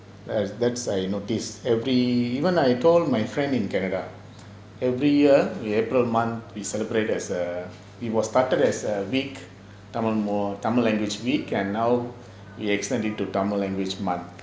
as that's I notice every even I told my friend in canada every year april month we celebrate as err it was started as a week tamil more tamil language week and now we extend it into tamil language month